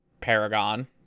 Paragon